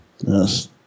Yes